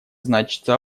значится